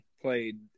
played